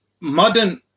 modern